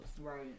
Right